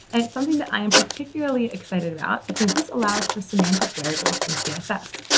and it's something that i am particularly excited about, because this allows for semantic variables in css.